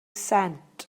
sent